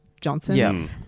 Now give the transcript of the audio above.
Johnson